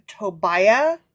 Tobiah